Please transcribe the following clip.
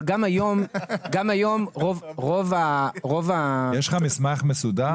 אבל גם היום רוב --- יש לך מסמך מסודר?